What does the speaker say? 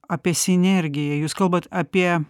apie sinergiją jūs kalbat apie